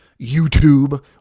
YouTube